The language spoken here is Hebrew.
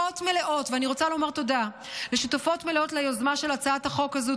אני רוצה לומר תודה לשותפות מלאות ליוזמה של הצעת החוק הזאת,